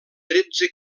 tretze